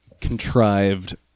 contrived